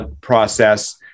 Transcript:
process